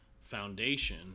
Foundation